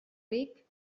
ric